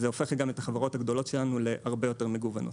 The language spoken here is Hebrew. זה הופך גם את החברות הגדולות שלנו להרבה יותר מגוונות.